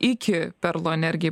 iki perlo energijai